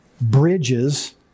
bridges